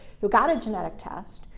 who got a genetic test,